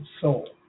soul